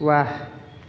ৱাহ